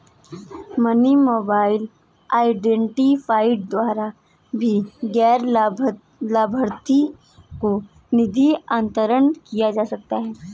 money mobile identifier द्वारा भी गैर लाभार्थी को निधि अंतरण किया जा सकता है